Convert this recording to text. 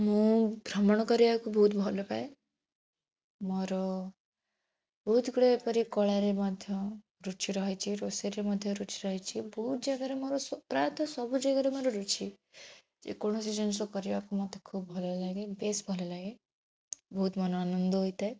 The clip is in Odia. ମୁଁ ଭ୍ରମଣ କରିବାକୁ ବହୁତ ଭଲ ପାଏ ମୋର ବହୁତ ଗୁଡ଼ାଏ ଏପରି କଳାରେ ମଧ୍ୟ ରୁଚି ରହିଛି ରୋଷେଇରେ ମଧ୍ୟ ରୁଚି ରହିଛି ବହୁତ ଜାଗାରେ ମୋର ସ ପ୍ରାୟତଃ ସବୁ ଜାଗାରେ ମୋର ରୁଚି ଯେକୌଣସି ଜିନିଷ କରିବାକୁ ମୋତେ ଖୁବ ଭଲ ଲାଗେ ବେଶ ଭଲ ଲାଗେ ବହୁତ ମନ ଆନନ୍ଦ ହୋଇଥାଏ